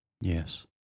Yes